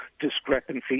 discrepancy